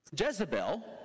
Jezebel